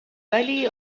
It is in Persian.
ولی